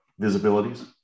visibilities